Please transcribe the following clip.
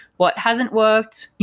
what hasn't worked,